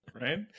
Right